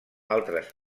altres